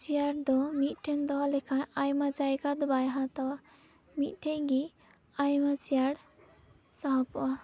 chair ᱫᱚ ᱢᱤᱫᱴᱷᱮᱱ ᱫᱚᱦᱚ ᱞᱮᱠᱷᱟᱱ ᱟᱭᱢᱟ ᱡᱟᱭᱜᱟ ᱫᱚ ᱵᱟᱭ ᱦᱟᱛᱟᱣᱟ ᱢᱤᱫᱴᱷᱮᱱ ᱜᱮ ᱟᱭᱢᱟ ᱪᱮᱭᱟᱨ ᱥᱟᱦᱚᱵᱚᱜᱼᱟ